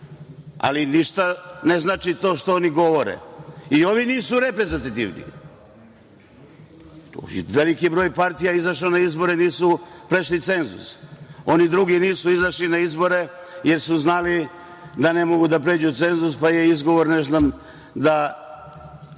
ali ništa ne znači to što oni govore i oni nisu reprezentativni. Veliki broj partija je izašao na izbore, nisu prešli cenzus. Oni drugi nisu izašli na izbore, jer su znali da ne mogu da pređu cenzus, pa je izgovor, ne znam, da